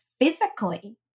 physically